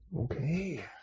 Okay